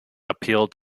appeal